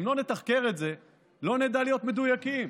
לא נדע להיות מדויקים.